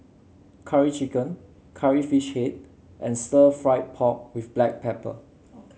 Curry Chicken Curry Fish Head and Stir Fried Pork with Black Pepper